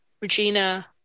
Regina